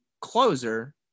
closer